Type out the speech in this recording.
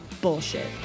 bullshit